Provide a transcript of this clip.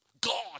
God